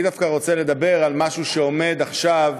אני דווקא רוצה לדבר על משהו שעומד עכשיו